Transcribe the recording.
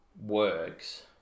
works